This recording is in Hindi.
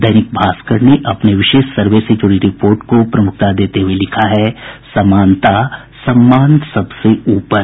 दैनिक भास्कर ने अपने विशेष सर्वे से जुड़ी रिपोर्ट को प्रमुखता देते हुये लिखा है समानता सम्मान सबसे ऊपर